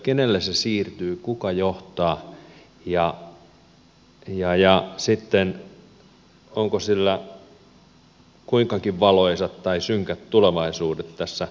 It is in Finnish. kenelle se siirtyy kuka johtaa ja onko sillä kuinkakin valoisat vai synkät tulevaisuudet tässä keskittämisvimmassa